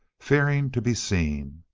fearing to be seen,